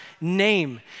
name